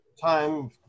time